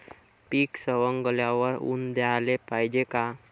पीक सवंगल्यावर ऊन द्याले पायजे का?